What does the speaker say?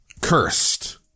cursed